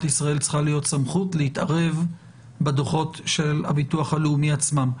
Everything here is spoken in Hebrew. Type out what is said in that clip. ישראל צריכה להיות סמכות להתערב בדוחות של הביטוח הלאומי עצמם.